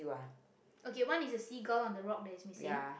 okay one is a seagull on the rock that is missing